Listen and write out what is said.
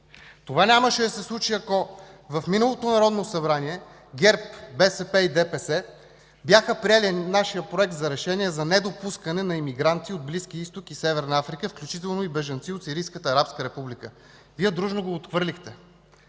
Това нямаше да се случи, ако в миналото Народно събрание ГЕРБ, БСП и ДПС бяха приели нашия Проект за решение за недопускане на емигранти от Близкия Изток и Северна Африка, включително и бежанци от Сирийската арабска република. Вие дружно го отхвърлихте.